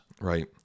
Right